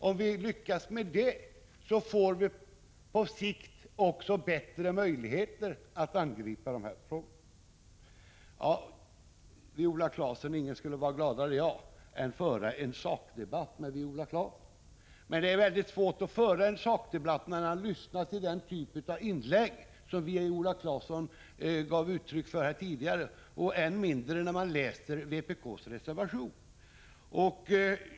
Om vi lyckas med det får vi på sikt också bättre möjligheter att angripa dessa problem. Till Viola Claesson vill jag säga att ingen skulle vara gladare än jag om jag kunde föra en sakdebatt med henne. Men det är väldigt svårt att föra en sakdebatt sedan man lyssnat till den typ av inlägg som Viola Claesson gjorde i dag. Än mindre blir det möjligt sedan man läst vpk:s reservation.